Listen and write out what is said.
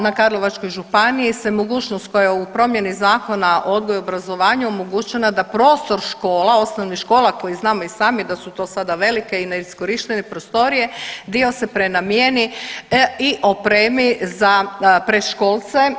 Na Karlovačkoj županiji se mogućnost koja je u promjeni zakona, odgoju i obrazovanju omogućila da prostor škola, osnovnih škola koji znamo i sami da su to sada velike i neiskorištene prostorije, dio se pranamijeni i opremi za predškolce.